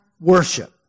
worship